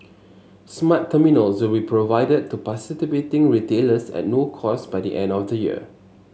smart terminals will be provided to participating retailers at no cost by the end of the year